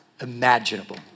imaginable